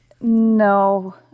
No